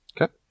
Okay